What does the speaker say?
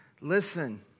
listen